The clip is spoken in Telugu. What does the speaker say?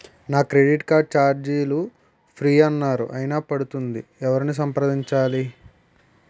నా క్రెడిట్ కార్డ్ ఛార్జీలు ఫ్రీ అన్నారు అయినా పడుతుంది ఎవరిని సంప్రదించాలి?